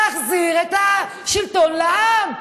תחזיר את השלטון לעם.